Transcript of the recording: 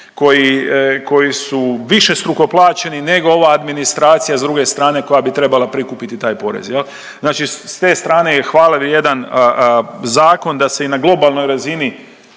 koji su višestruko plaćeni nego ova administracija s druge strane koja bi trebala prikupiti taj porez jel. Znači s te strane je hvale vrijedan zakon da se i na globalnoj razini,